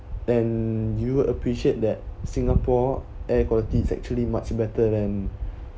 and you appreciate that singapore air quality is actually much better than